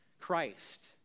Christ